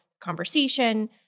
conversation